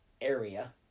area